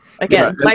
Again